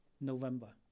November